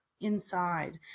inside